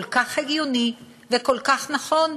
כל כך הגיוני וכל כך נכון.